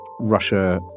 Russia